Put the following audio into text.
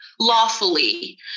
lawfully